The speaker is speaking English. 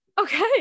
Okay